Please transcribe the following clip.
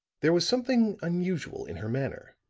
there was something unusual in her manner